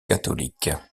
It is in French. catholique